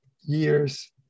years